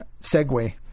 segue